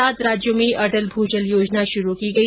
सात राज्यों में अटल भूजल योजना शुरू की गई